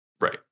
right